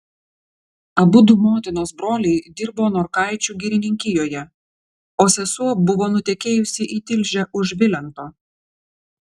abudu motinos broliai dirbo norkaičių girininkijoje o sesuo buvo nutekėjusi į tilžę už vilento